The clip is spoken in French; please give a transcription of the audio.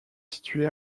situé